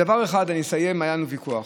בדבר אחד, אני אסיים, היה לנו ויכוח.